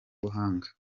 buhanga